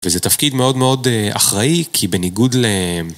וזה תפקיד מאוד מאוד אחראי, כי בניגוד ל...